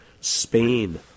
Spain